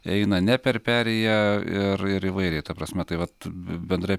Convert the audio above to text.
eina ne per perėją ir ir įvairiai ta prasme tai vat bendrai